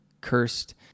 cursed